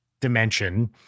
Dimension